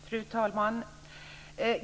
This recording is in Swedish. Fru talman!